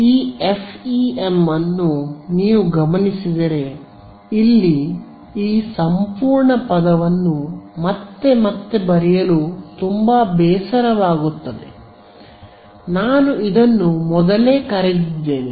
ಈ ಎಫ್ಇಎಂ ಅನ್ನು ನೀವು ಗಮನಿಸಿದರೆ ಇಲ್ಲಿ ಈ ಸಂಪೂರ್ಣ ಪದವನ್ನು ಮತ್ತೆ ಮತ್ತೆ ಬರೆಯಲು ತುಂಬಾ ಬೇಸರವಾಗುತ್ತದೆ